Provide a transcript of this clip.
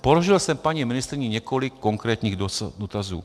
Položil jsem paní ministryni několik konkrétních dotazů.